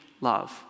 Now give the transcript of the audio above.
love